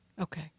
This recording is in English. Okay